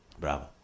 Bravo